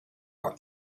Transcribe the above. were